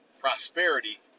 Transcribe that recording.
prosperity